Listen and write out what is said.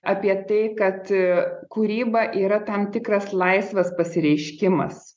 apie tai kad kūryba yra tam tikras laisvės pasireiškimas